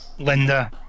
Linda